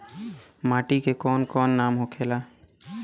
माटी के कौन कौन नाम होखेला?